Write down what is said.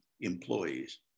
employees